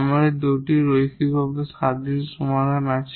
আমাদের দুটি লিনিয়ারভাবে ইন্ডিপেন্ডেন্ট সমাধান আছে